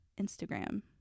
Instagram